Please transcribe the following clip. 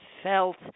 felt